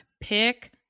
Pick